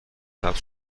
ثبت